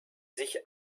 sich